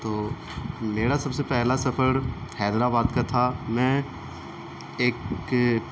تو میرا سب سے پہلا سفر حیدرآباد کا تھا میں ایک